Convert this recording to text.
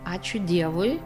ačiū dievui